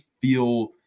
feel